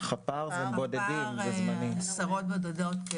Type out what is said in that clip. את תגמול חפ"ר מקבלים עשרות בודדות.